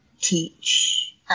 teach